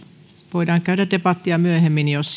voidaan käydä debattia myöhemmin jos